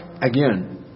again